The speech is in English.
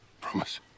Promise